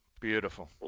Beautiful